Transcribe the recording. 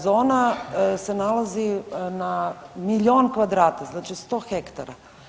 Zona se nalazi na milijun kvadrata, znači 100 hektara.